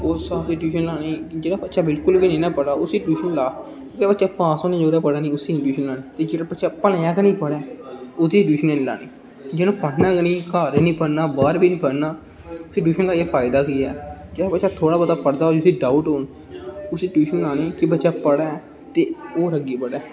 ते उस स्हाब कन्नै जेह्ड़ा बच्चा नेईं ना पढ़े उसगी लाओ जेह्का बच्चा पास होने आस्तै पढ़े उसी ट्यूशन लानी ते जेह्का बच्चा भलेआं निं पढ़े उसने घर निं पढ़ना बाहर निं पढ़ना उसगी ट्यूशन लुआने दा फायदा केह् ऐ जेह्का बच्चा थोह्ड़ा बहुत पढ़दा होऐ जिसगी डाऊट होऐ ते उसगी ट्यूशन लानी ते पढ़े होर अग्गें बधै